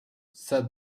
said